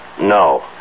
No